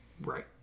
Right